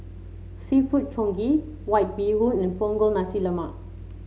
seafood Congee White Bee Hoon and Punggol Nasi Lemak